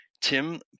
Tim